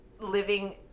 living